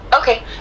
okay